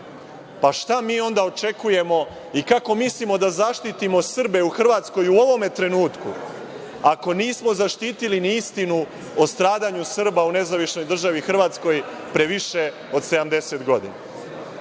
Šta mi onda očekujemo i kako mislimo da zaštitimo Srbe u Hrvatskoj u ovom trenutku ako nismo zaštitili ni istinu o stradanju Srba u Nezavisnoj državi Hrvatskoj pre više od 70 godina. Prosto